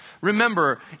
Remember